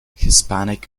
hispanic